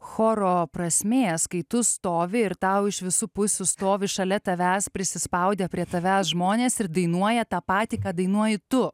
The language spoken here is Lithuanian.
choro prasmės kai tu stovi ir tau iš visų pusių stovi šalia tavęs prisispaudę prie tavęs žmonės ir dainuoja tą patį ką dainuoji tu